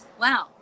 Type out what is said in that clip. Wow